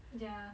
ya